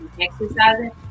exercising